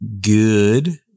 good